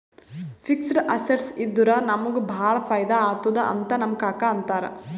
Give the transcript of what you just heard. fixed assets ಇದ್ದುರ ನಮುಗ ಭಾಳ ಫೈದಾ ಆತ್ತುದ್ ಅಂತ್ ನಮ್ ಕಾಕಾ ಅಂತಾರ್